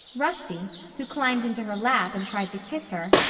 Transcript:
rusty, who climbed into her lap and tried to kiss her,